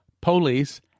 police